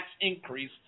increase